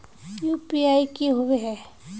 UPI की होबे है?